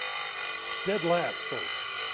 dead last folks